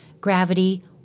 gravity